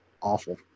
Awful